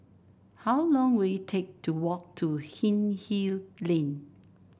how long will it take to walk to Hindhede Lane